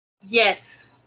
Yes